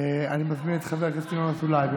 אין לך מה לבחון, אדוני יושב-הראש.